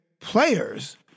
players